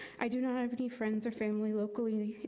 i do not have any friends or family locally,